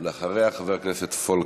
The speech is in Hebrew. אחריה, חבר הכנסת פולקמן.